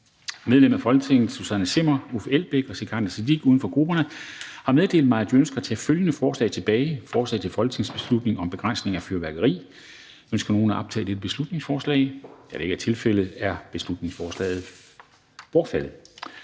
Medlemmer af Folketinget Susanne Zimmer (UFG), Uffe Elbæk (UFG) og Sikandar Siddique (UFG) har meddelt mig, at de ønsker at tage følgende forslag tilbage: Forslag til folketingsbeslutning om begrænsning af fyrværkeri. (Beslutningsforslag nr. B 83). Ønsker nogen at optage dette beslutningsforslag? Da det ikke er tilfældet, er beslutningsforslaget bortfaldet.